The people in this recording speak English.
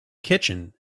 kitchen